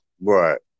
Right